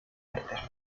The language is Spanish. artes